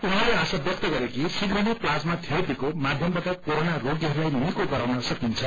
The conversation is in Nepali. उहाँले आशा व्यक्त गरे कि शीप्र नै लाजमा थेरेपीको माध्यमबाअ कोरोना रोगीहस्लाई निको गर्न सकिन्छ